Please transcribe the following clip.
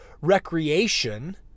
recreation